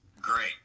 great